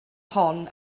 hon